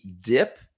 dip